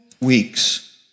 weeks